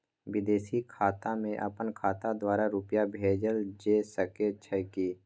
विदेशी खाता में अपन खाता द्वारा रुपिया भेजल जे सके छै की?